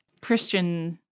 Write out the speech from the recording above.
Christian